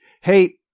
Hey